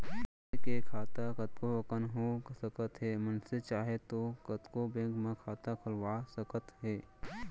मनसे के खाता कतको अकन हो सकत हे मनसे चाहे तौ कतको बेंक म खाता खोलवा सकत हे